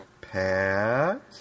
Pat